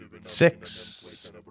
Six